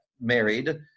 married